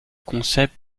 concept